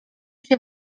się